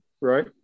right